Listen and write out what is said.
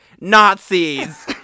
Nazis